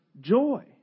joy